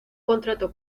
contrato